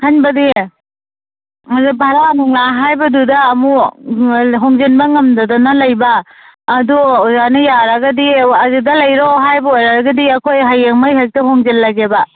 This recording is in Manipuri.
ꯈꯟꯕꯗꯤ ꯑꯗ ꯚꯥꯔꯥ ꯅꯨꯡꯂꯥ ꯍꯥꯏꯕꯗꯨꯗ ꯑꯃꯨꯛ ꯍꯣꯡꯖꯟꯕ ꯉꯝꯗꯗꯅ ꯂꯩꯕ ꯑꯗꯣ ꯑꯣꯖꯥꯅ ꯌꯥꯔꯒꯗꯤ ꯑꯗꯨꯗ ꯂꯩꯔꯣ ꯍꯥꯏꯕ ꯑꯣꯏꯔꯒꯗꯤ ꯑꯩꯈꯣꯏ ꯍꯌꯦꯡꯃꯛ ꯍꯦꯛꯇ ꯍꯣꯡꯖꯜꯂꯒꯦꯕ